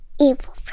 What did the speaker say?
evil